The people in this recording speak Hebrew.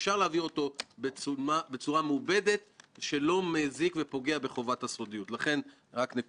יש שני דברים עיקריים שאני לוקח על עצמי להוביל.